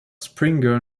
springer